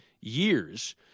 years